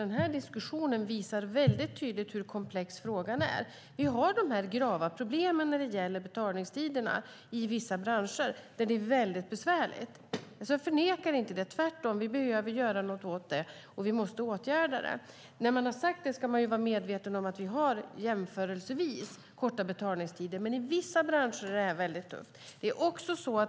Den här diskussionen visar tydligt hur komplex frågan är. Vi har de grava problemen med betalningstiderna i vissa branscher. Där är det väldigt besvärligt. Jag förnekar inte det, tvärtom behöver vi åtgärda det. Med det sagt ska vi vara medvetna om att vi har jämförelsevis korta betalningstider, men i vissa branscher är det tufft.